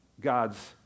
God's